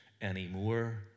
anymore